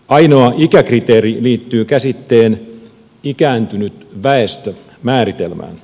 ainoa ikäkriteeri liittyy käsitteen ikääntynyt väestö määritelmään